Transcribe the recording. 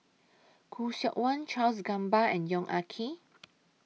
Khoo Seok Wan Charles Gamba and Yong Ah Kee